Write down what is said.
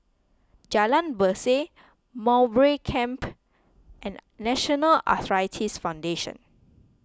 Jalan Berseh Mowbray Camp and National Arthritis Foundation